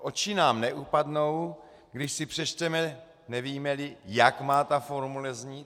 Oči nám neupadnou, když si přečteme, nevímeli, jak má ta formule znít.